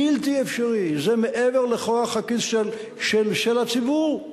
בלתי אפשרי, זה מעבר לכוח הכיס של הציבור.